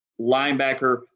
linebacker